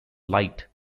light